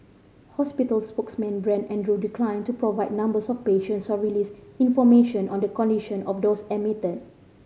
hospital spokesman Brent Andrew declined to provide numbers of patients or release information on the condition of those admitted